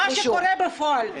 תקשיבי מה שקורה בפועל.